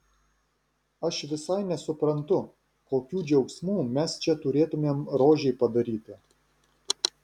aš visai nesuprantu kokių džiaugsmų mes čia turėtumėm rožei padaryti